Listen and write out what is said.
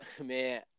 man